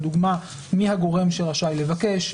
לדוגמה מי הגורם שרשאי לבקש,